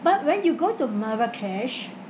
but when you go to marrakesh